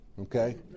okay